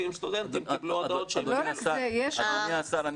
סטודנטים קיבלו הודעות ש --- אדוני השר,